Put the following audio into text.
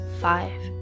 five